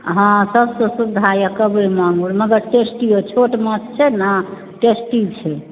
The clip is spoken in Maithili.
हँ सबसे सुविधा यऽ कवई मांगुर मगर टेस्टी ओ छोट माछ छै ने टेस्टी छै